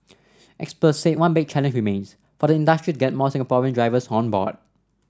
experts said one big challenge remains for the industry to get more Singaporean drivers on board